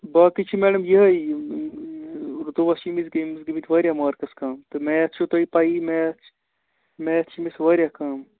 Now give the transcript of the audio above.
باقٕے چھِ میڈَم یِہَے اُردُوَس چھِ أمِس گٲمٕتۍ گٲمٕتۍ واریاہ مارکٕس کَم تہٕ میتھ چھَو تۄہہِ پیِی میتھ میتھ چھُ أمِس واریاہ کَم